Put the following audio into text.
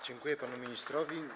Dziękuję panu ministrowi.